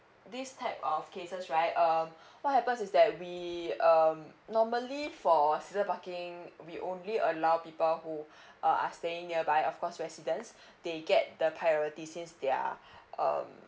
this type of cases right um what happens is that we um normally for seasoned parking we only allow people who are are staying nearby of course residents they get the priority since they're um